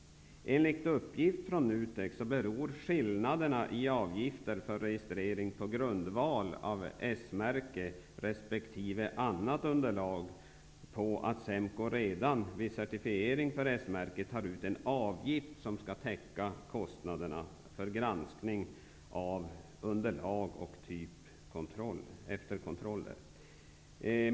Enligt uppgift från NUTEK beror skillnaderna i avgiften för registrering på att SEMKO redan vid certifiering av S-märket tar ut en avgift, som skall täcka kostnaderna för granskning av underlag och efterkontrollen.